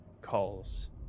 calls